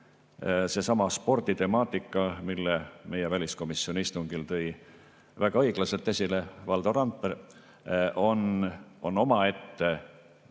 Seesama sporditemaatika, mille väliskomisjoni istungil tõi väga õiglaselt esile Valdo Randpere, on omaette